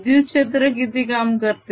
विद्युत क्षेत्र किती काम करते